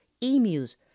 emus